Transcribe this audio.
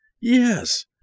yes